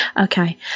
Okay